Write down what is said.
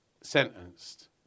sentenced